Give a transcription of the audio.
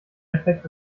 effekt